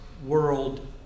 world